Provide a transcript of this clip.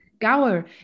Gower